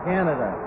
Canada